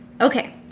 Okay